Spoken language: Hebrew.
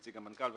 נציג המנכ"ל,